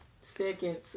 seconds